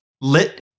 lit